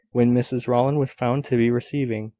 when mrs rowland was found to be reviving,